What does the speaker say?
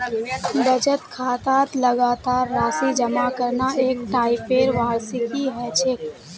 बचत खातात लगातार राशि जमा करना एक टाइपेर वार्षिकी ह छेक